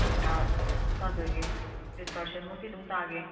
ꯄꯩꯁꯥ ꯑꯗꯨꯝ ꯇꯥꯖꯒꯦ ꯇꯦꯟ ꯄꯥꯔꯁꯦꯟꯃꯨꯛꯇꯤ ꯑꯗꯨꯝ ꯇꯥꯒꯦ